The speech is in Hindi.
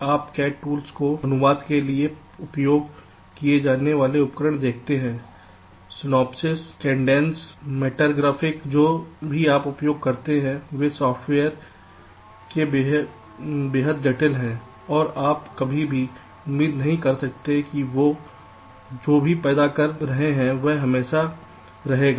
आप CAD टूल को अनुवाद के लिए उपयोग किए जाने वाले उपकरण देखते हैं Synopsis संदर्भ समय 0212 Cadence Mentor Graphics जो भी आप उपयोग करते हैं वे सॉफ़्टवेयर के बेहद जटिल हैं और आप कभी भी उम्मीद नहीं कर सकते हैं कि वे जो भी पैदा कर रहे हैं वह हमेशा रहेगा